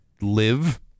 Live